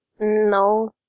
No